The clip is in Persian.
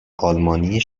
آلمانی